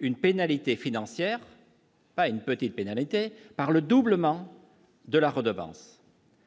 une pénalité financière. Pas une petite pénalité par le doublement de la redevance.